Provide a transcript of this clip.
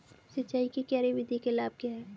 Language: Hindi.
सिंचाई की क्यारी विधि के लाभ क्या हैं?